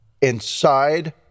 inside